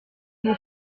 les